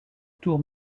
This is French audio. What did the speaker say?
tour